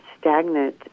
stagnant